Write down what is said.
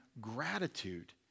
gratitude